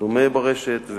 וכדומה ברשת,